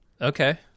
Okay